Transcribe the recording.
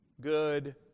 good